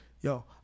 Yo